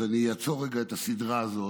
אז אני אעצור רגע את הסדרה הזאת.